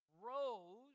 rose